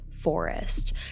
forest